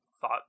thought